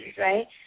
right